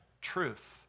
truth